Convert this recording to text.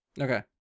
Okay